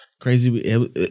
Crazy